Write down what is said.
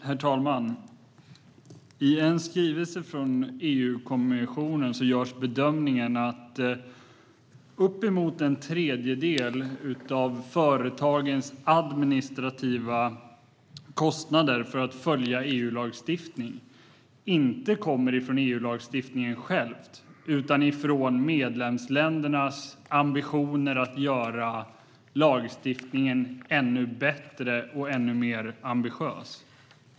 Herr talman! I en skrivelse från EU-kommissionen görs bedömningen att uppemot en tredjedel av företagens administrativa kostnader för att följa EU-lagstiftning inte kommer från EU-lagstiftningen själv utan från medlemsländernas ambition att göra lagstiftningen ännu "bättre" och ännu mer ambitiös.